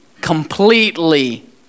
completely